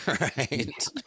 right